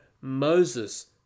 Moses